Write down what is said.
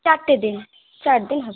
চারটে দিন চার দিন হবে